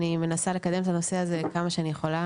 אני מנסה לקדם את הנושא הזה כמה שאני יכולה,